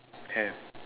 have